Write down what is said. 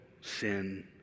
sin